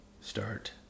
start